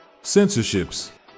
Censorships